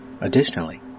Additionally